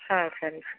ಹಾಂ ಸರಿ